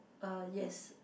uh yes